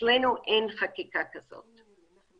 ואצלנו אין חקיקה כזאת.